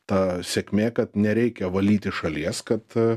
ta sėkmė kad nereikia valyti šalies kad